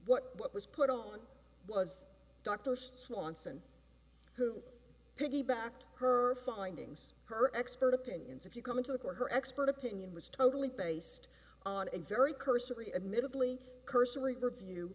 what what was put on was dr swanson who piggybacked her findings her expert opinions if you come to the court her expert opinion was totally based on a very cursory admittedly cursory review